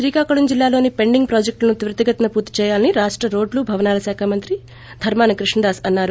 శ్రీకాకుళం జిల్లాలోని పెండింగ్ ప్రాజెజక్లులను త్వరితగతిన పూర్తి చేయాలని రాష్ట రోడ్లు భవనాల శాఖ మంత్రి ధర్మాన కృష్ణదాస్ అన్నారు